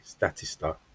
Statista